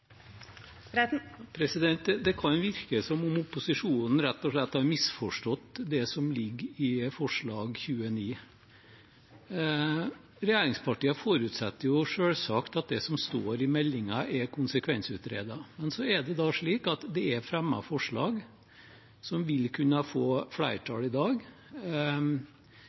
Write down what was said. Det kan virke som om opposisjonen rett og slett har misforstått det som ligger i forslag nr. 29. Regjeringspartiene forutsetter selvsagt at det som står i meldingen, er konsekvensutredet. Så er det slik at det er fremmet forslag som vil kunne få flertall i dag,